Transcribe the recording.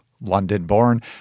London-born